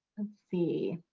and see.